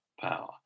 power